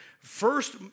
first